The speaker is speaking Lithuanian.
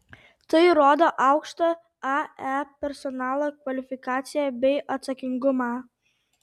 tai rodo aukštą ae personalo kvalifikaciją bei atsakingumą